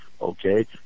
okay